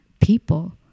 people